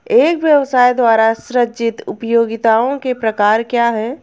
एक व्यवसाय द्वारा सृजित उपयोगिताओं के प्रकार क्या हैं?